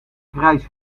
grijs